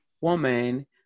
woman